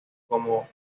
como